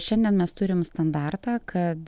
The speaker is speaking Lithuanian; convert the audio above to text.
šiandien mes turim standartą kad